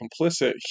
complicit